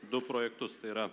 du projektus tai yra